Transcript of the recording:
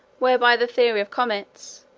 whereby the theory of comets,